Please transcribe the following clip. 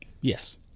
Yes